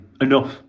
enough